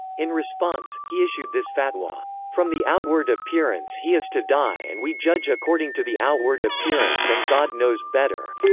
in response, he issued this fatwa from the outward appearance he is to die and we judge according to the outward appearance and god knows better.